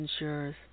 insurers